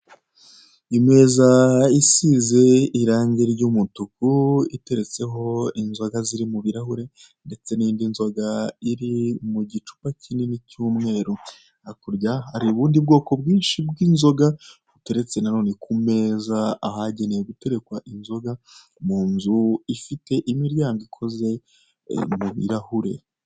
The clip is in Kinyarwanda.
Imeza isize irange ry'umutuku iteretseho inzoga ziri mu birahure ndetse n'indi nzoga iri mu gicupa kinini cy'umweru, hakurya hari ubund bwoko bwishi bw'inzoga buteretse na none ku meza ahagenewe guterekwa inzoga ifite imiryango y'ibirahure.